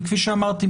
וכפי שאמרתי,